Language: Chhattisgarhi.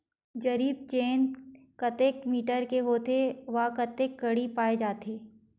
जरीब चेन कतेक मीटर के होथे व कतेक कडी पाए जाथे?